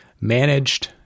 managed